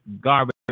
garbage